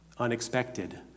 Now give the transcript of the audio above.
Unexpected